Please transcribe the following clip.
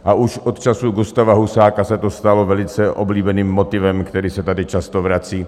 A už od času Gustáva Husáka se to stalo velice oblíbeným motivem, který se tady často vrací.